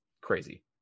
crazy